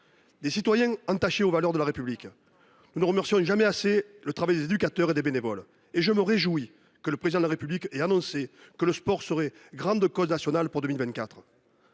des citoyens attachés aux valeurs de la République. Nous ne remercierons jamais assez les éducateurs et les bénévoles de leur travail. Et je me réjouis que le Président de la République ait annoncé que le sport serait « grande cause nationale » en 2024.